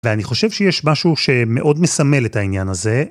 ואני חושב שיש משהו שמאוד מסמל את העניין הזה.